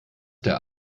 der